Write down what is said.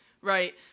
right